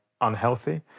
unhealthy